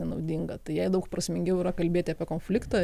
nenaudinga tai jai daug prasmingiau yra kalbėti apie konfliktą